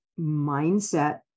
mindset